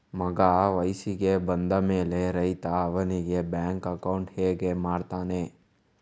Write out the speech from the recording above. ಮಗ ವಯಸ್ಸಿಗೆ ಬಂದ ಮೇಲೆ ರೈತ ಅವನಿಗೆ ಬ್ಯಾಂಕ್ ಅಕೌಂಟ್ ಹೇಗೆ ಮಾಡ್ತಾನೆ?